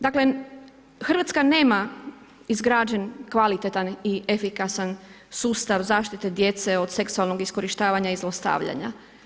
Dakle Hrvatska nema izgrađen kvalitetan i efikasan sustav zaštite djece od seksualnog iskorištavanja i zlostavljanja.